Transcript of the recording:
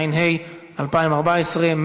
התשע"ה 2014,